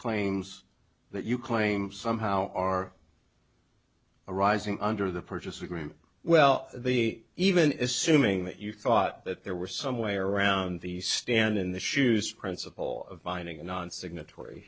claims that you claim somehow are arising under the purchase agreement well the even if sue ming that you thought that there were some way around the stand in the shoes principle of finding a non signatory